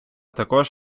також